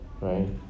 right